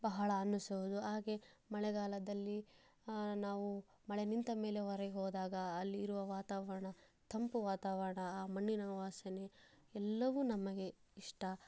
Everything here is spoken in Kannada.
ಬಹಳ ಅನ್ನಿಸೋದು ಹಾಗೆ ಮಳೆಗಾಲದಲ್ಲಿ ನಾವು ಮಳೆ ನಿಂತ ಮೇಲೆ ಹೊರಗೆ ಹೋದಾಗ ಅಲ್ಲಿ ಇರುವ ವಾತಾವರಣ ತಂಪು ವಾತಾವರಣ ಆ ಮಣ್ಣಿನ ವಾಸನೆ ಎಲ್ಲವೂ ನಮಗೆ ಇಷ್ಟ